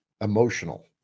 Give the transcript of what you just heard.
emotional